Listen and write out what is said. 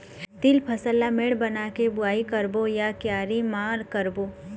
तील फसल ला मेड़ बना के बुआई करबो या क्यारी म करबो?